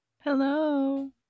Hello